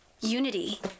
Unity